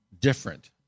different